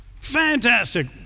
Fantastic